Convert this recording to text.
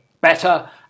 better